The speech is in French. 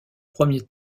premier